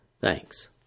Thanks